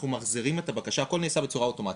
אנחנו מכניסים את החזרה, הכל נעשה בצורה אוטומטית.